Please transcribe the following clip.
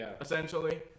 essentially